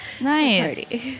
Nice